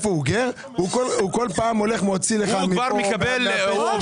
כל פעם מוציא לך מפה- -- הוא כל